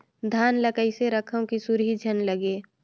धान ल कइसे रखव कि सुरही झन लगे?